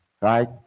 right